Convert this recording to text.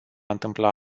întâmpla